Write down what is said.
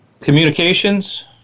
communications